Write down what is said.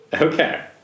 Okay